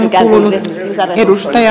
arvoisa puhemies